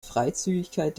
freizügigkeit